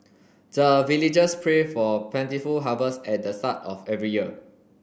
the villagers pray for plentiful harvest at the start of every year